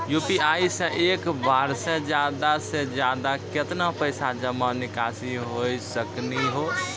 UPI से एक बार मे ज्यादा से ज्यादा केतना पैसा जमा निकासी हो सकनी हो?